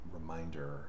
reminder